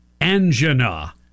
angina